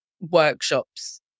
workshops